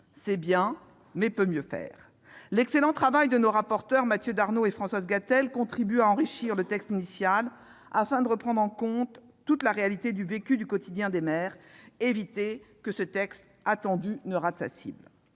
C'est bien, mais peut mieux faire ! L'excellent travail de nos rapporteurs Mathieu Darnaud et Françoise Gatel contribue à enrichir le texte initial, afin de prendre en compte toute la réalité du vécu quotidien des maires et éviter que ce texte attendu ne rate sa cible.